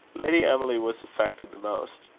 lady emily was affected the most.